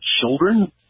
children